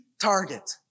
target